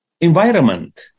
environment